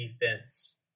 defense